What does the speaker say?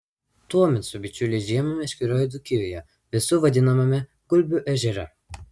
tuomet su bičiuliais žiemą meškeriojau dzūkijoje visų vadinamame gulbių ežere